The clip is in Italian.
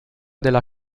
della